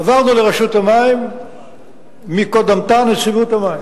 עברנו לרשות המים מקודמתה, נציבות המים.